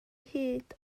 hid